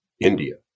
India